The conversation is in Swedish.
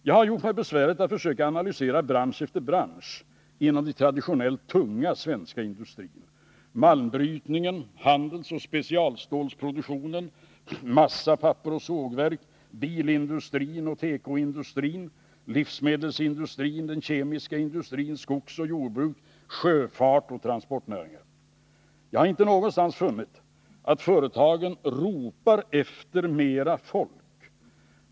Jag har gjort mig besväret att försöka analysera bransch efter bransch inom den traditionellt tunga svenska industrin — jag avser då malmbrytningen, handelsstålsoch specialstålsproduktionen, massaindustrin, pappersindustrin, sågverken, bilindustrin, tekoindustrin, livsmedelsindustrin, den kemiska industrin, skogsoch jordbruket, sjöfarten och transportnäringarna — men jag har inte någonstans funnit att företagen ropar efter mera folk.